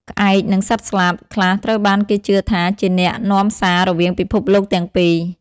ក្អែក និង សត្វស្លាប ខ្លះត្រូវបានគេជឿថាជាអ្នកនាំសាររវាងពិភពលោកទាំងពីរ។